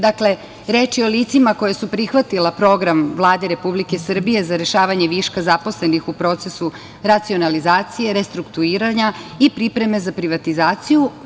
Dakle, reč je o licima koja su prihvatila Program Vlade Republike Srbije za rešavanje viška zaposlenih u procesu racionalizacije, restrukturiranja i pripreme za privatizaciju.